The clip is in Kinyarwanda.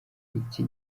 iki